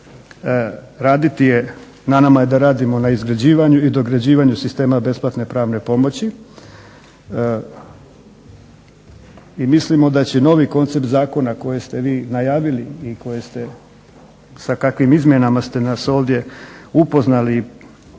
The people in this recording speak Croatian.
tome, na nama je da radimo na izgrađivanju i dograđivanju sistema besplatne pravne pomoći. I mislimo da će novi koncept zakona koje ste vi najavili i sa kakvim izmjenama ste nas ovdje upoznali.